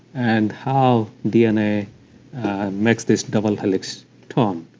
and how dna makes this double helix turned.